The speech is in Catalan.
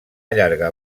llarga